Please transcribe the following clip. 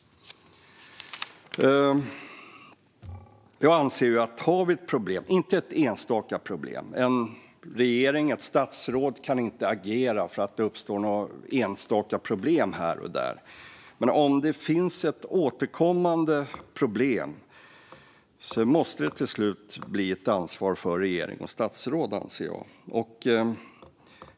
En regering och ett statsråd kan inte agera för att det uppstår enstaka problem här och där, men om det finns ett återkommande problem måste det till slut bli ett ansvar för regering och statsråd, anser jag.